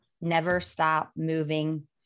never-stop-moving